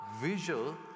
visual